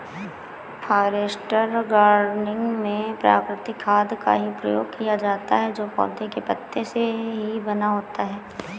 forest gardening में प्राकृतिक खाद का ही प्रयोग किया जाता है जो पौधों के पत्तों से ही बना होता है